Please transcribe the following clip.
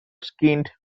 skinned